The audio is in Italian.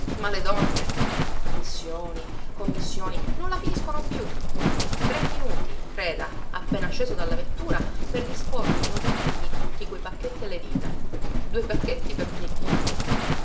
ma le donne commissioni commissioni non la finiscono più tre minuti creda appena sceso dalla vettura per dispormi i nodini di tutti quei pacchetti alle dita due pacchetti per ogni dito